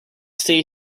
stay